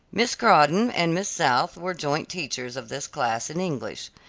miss crawdon and miss south were joint teachers of this class in english.